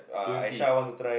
two fifty